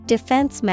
Defense